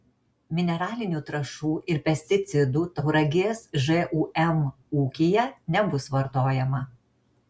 mineralinių trąšų ir pesticidų tauragės žūm ūkyje nebus vartojama